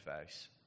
face